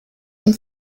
dem